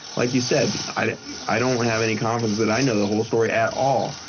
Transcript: like you said, i i don't have any confidence that i know the whole story at all.